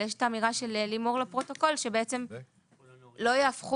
אבל יש את האמירה של לימור לפרוטוקול שלא יהפכו